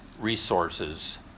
resources